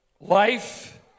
Life